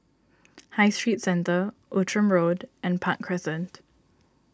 High Street Centre Outram Road and Park Crescent